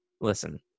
Listen